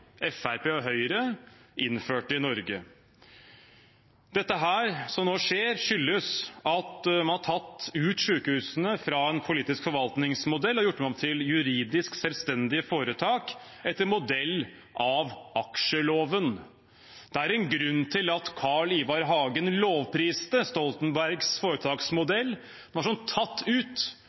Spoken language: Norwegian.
Fremskrittspartiet og Høyre innførte i Norge. Det som nå skjer, skyldes at man har tatt ut sykehusene fra en politisk forvaltningsmodell og gjort dem om til juridisk selvstendige foretak etter modell av aksjeloven. Det er en grunn til at Carl Ivar Hagen lovpriste Stoltenbergs foretaksmodell: Den var som tatt ut